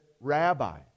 Rabbi